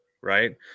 right